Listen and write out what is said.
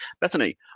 Bethany